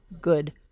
good